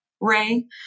Ray